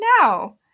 now